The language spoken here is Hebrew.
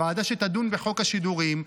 לוועדה שתדון בחוק השידורים,